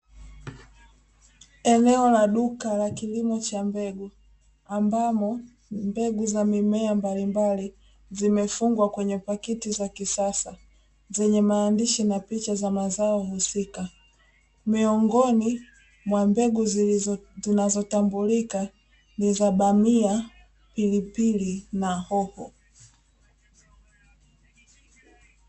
Eneo la duka la kilimo cha mbegu, ambamo mbegu za mimea mbalimbali zimefungwa kwenye paketi za kisasa, zenye maandishi na picha za mazao husika. Miongoni mwa mbegu zinazotambulika ni za bamia, pilipili, na hoho.